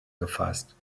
gefasst